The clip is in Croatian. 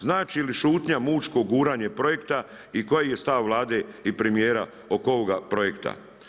Znači li šutnja mučko guranje projekta i koji je stav Vlade i premijera oko ovoga projekta?